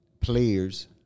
players